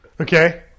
Okay